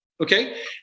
okay